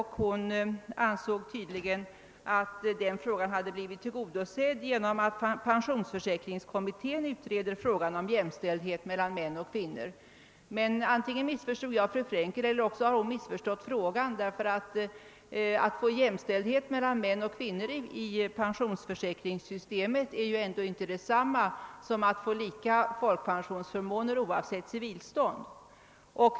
Hon ansåg tydligen att denna fråga hade blivit tillgodosedd genom att pensionsförsäkringskommittén utreder frågan om jämställdhet mellan män och kvinnor. Men antingen missförstod jag fru Frankel eller också har hon missförstått frågan. Att få jämställdhet mellan män och kvinnor i pensionsförsäkringssystemet är inte detsamma som att få lika folkpensionsförmåner oavsett civilstånd.